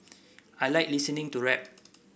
I like listening to rap